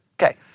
Okay